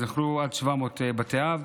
יוכלו עד 700 בתי אב.